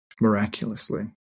miraculously